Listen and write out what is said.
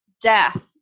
death